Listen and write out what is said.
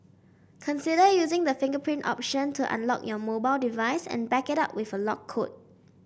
consider using the fingerprint option to unlock your mobile device and back it up with a lock code